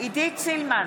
עידית סילמן,